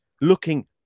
looking